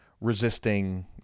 Resisting